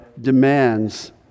demands